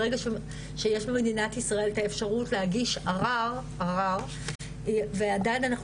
ברגע שיש במדינת ישראל את האפשרות להגיש ערר ועדיין אנחנו